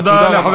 תודה לך.